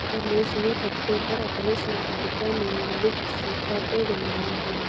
रमेश ने पट्टे पर अपनी संपत्ति का मालिक सीता को बनाया है